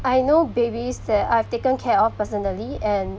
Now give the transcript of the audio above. I know babies that I've taken care of personally and